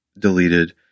deleted